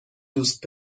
دوست